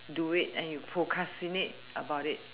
do it and you procrastinate about it